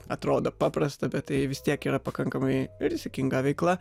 atrodo paprasta bet tai vis tiek yra pakankamai rizikinga veikla